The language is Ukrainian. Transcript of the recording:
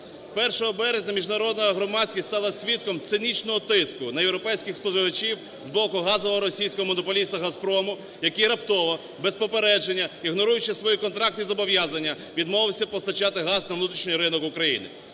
1 березня міжнародна громадськість стала свідком цинічного тиску на європейських споживачів з боку газового російського монополіста "Газпрому", який раптово, без попередження, ігноруючи свої контрактні зобов'язання, відмовився постачати газ на внутрішній ринок України.